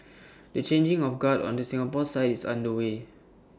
the changing of guard on the Singapore side is underway